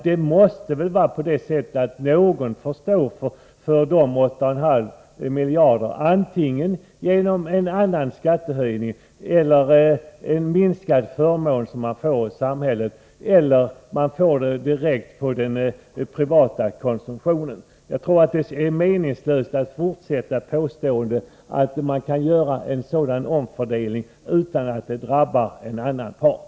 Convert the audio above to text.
Det måste väl vara på det sättet att någon får stå för dessa 8,5 miljarder, antingen genom en skattehöjning, genom minskade förmåner i samhället eller via den privata konsumtionen. Jag tror att det är meningslöst att fortsätta påståendena att man kan göra en sådan omfördelning utan att det drabbar någon part.